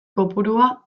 kopurua